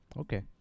okay